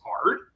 hard